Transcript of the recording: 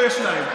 לו יש שניים.